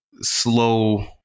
slow